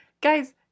guys